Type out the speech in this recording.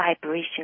vibration